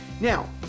Now